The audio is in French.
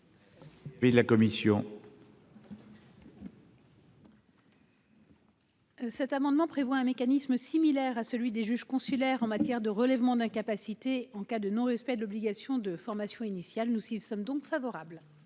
Cet amendement prévoit un mécanisme similaire à celui des juges consulaires en matière de relèvement d'incapacité en cas de non respect de l'obligation de formation initiale. Nous y sommes donc favorables.